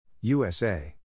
USA